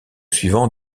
suivants